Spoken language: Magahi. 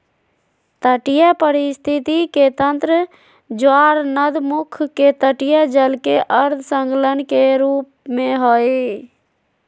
तटीय पारिस्थिति के तंत्र ज्वारनदमुख के तटीय जल के अर्ध संलग्न के रूप में हइ